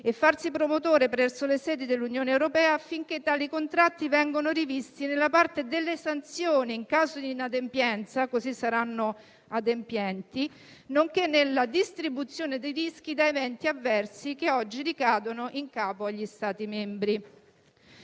e farsi promotore presso le sedi dell'Unione europea affinché tali contratti vengano rivisti nella parte delle sanzioni in caso di inadempienza (così saranno adempienti), nonché nella distribuzione dei rischi da eventi avversi, che oggi ricadono in capo agli Stati membri.